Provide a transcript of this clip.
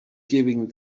giving